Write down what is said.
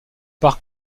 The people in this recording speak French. par